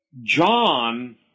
John